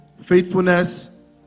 Faithfulness